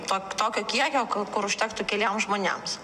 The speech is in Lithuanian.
tok tokio kiekio kur užtektų keliems žmonėms